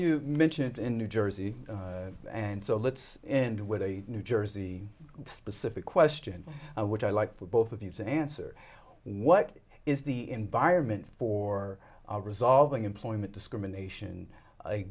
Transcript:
you mentioned in new jersey and so let's end with a new jersey specific question which i like for both of you to answer what is the environment for resolving employment discrimination